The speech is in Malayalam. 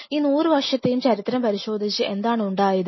ഈ 100 വർഷത്തെയും ചരിത്രം പരിശോധിച്ച് എന്താണ് ഉണ്ടായത്